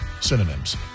Synonyms